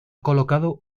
colocado